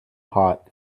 hot